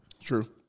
True